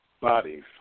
bodies